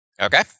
Okay